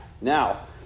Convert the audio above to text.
Now